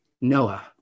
Noah